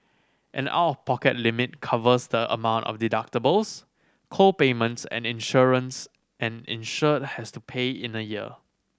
and out of pocket limit covers the amount of deductibles co payments and insurance an insured has to pay in a year